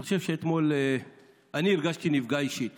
אני חושב שאתמול אני נפגעתי אישית